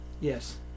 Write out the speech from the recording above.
Yes